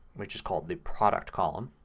which is called the product column.